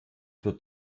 für